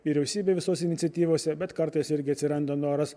vyriausybė visose iniciatyvose bet kartais irgi atsiranda noras